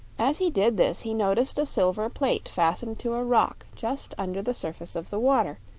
as he did this he noticed a silver plate fastened to a rock just under the surface of the water,